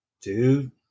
dude